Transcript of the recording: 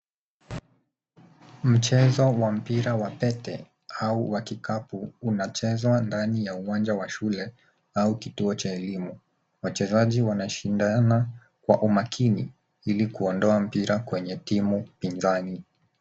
Mchezo wa mpira wa pete au wa kikapu unachezwa ndani ya uwanja wa shule au kituo cha elimu. Wachezaji wanashindana kwa umakini ili kuondoa mpira kwenye timu pinzani.